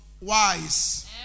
wise